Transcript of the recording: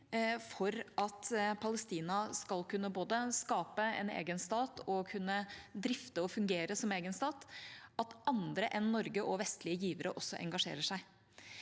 for at Palestina skal kunne både skape en egen stat og drifte og fungere som egen stat, at andre enn Norge og vestlige givere også engasjerer seg.